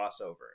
crossover